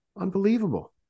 Unbelievable